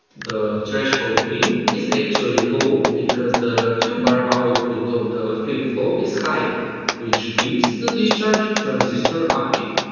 the threshold pin is actually low because the q-bar output of the flip-flop is high which keeps the discharging transistor active.